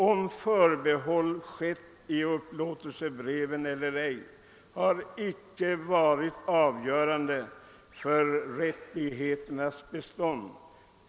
Om förbehåll skett i upplåtelsebreven eller ej, har icke varit avgörande för rättigheternas bestånd.